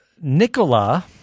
Nicola